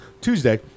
Tuesday